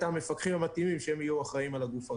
המפקחים המתאימים שהם יהיו אחראיים על הגוף הרלוונטי.